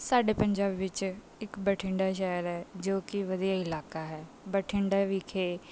ਸਾਡੇ ਪੰਜਾਬ ਵਿੱਚ ਇੱਕ ਬਠਿੰਡਾ ਸ਼ਹਿਰ ਹੈ ਜੋ ਕਿ ਵਧੀਆ ਇਲਾਕਾ ਹੈ ਬਠਿੰਡਾ ਵਿਖੇ